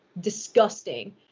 disgusting